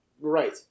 Right